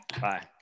bye